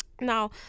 Now